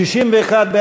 סעיף 07,